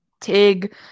tig